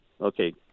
okay